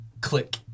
click